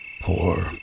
Poor